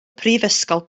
prifysgol